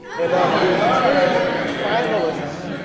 and of the ten finalists,